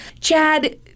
Chad